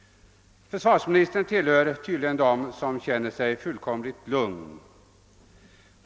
Försvarsministern = tillhör tydligen dem som känner sig fullkomligt lugn.